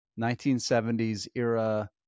1970s-era